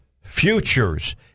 futures